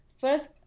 first